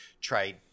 trade